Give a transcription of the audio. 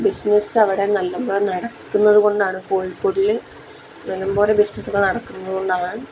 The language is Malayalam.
ബിസിനസ്സ് അവിടെ നല്ല പോലെ നടക്കുന്നത് കൊണ്ടാണ് കോഴിക്കോടിൽ നല്ലംപോലെ ബിസിനസ്സൊക്കെ നടക്കുന്നത് കൊണ്ടാണ്